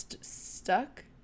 stuck